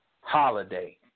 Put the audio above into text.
Holiday